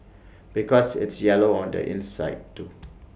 because it's yellow on the inside too